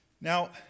Now